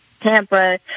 Tampa